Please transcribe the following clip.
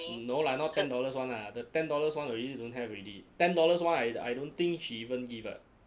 no lah not ten dollars one lah the ten dollars one already don't have already ten dollars one I I don't think she even give ah